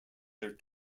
their